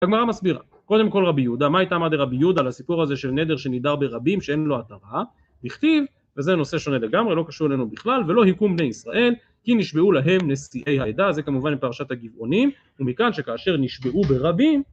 והגמרא מסבירה קודם כל רבי יהודה מה הייתה עמדת רבי יהודה לסיפור הזה של נדר שנידר ברבים שאין לו הדרה בכתיב וזה נושא שונה לגמרי לא קשור אלינו בכלל ולא היכום בני ישראל כי נשבעו להם נשיאי העדה זה כמובן עם פרשת הגבעונים ומכאן שכאשר נשבעו ברבים